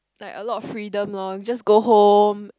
like a lot of freedom lor just go home